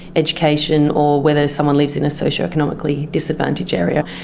education, or whether someone lives in a socioeconomically disadvantaged area.